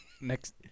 next